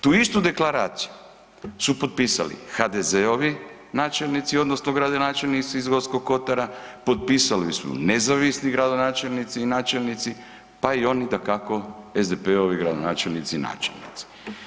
Tu istu deklaraciju su potpisali HDZ-ovi načelnici, odnosno gradonačelnici iz Gorskog kotara, potpisali su nezavisni gradonačelnici i načelnici, pa i oni dakako SDP-ovi gradonačelnici i načelnici.